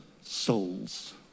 souls